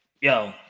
yo